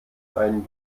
einen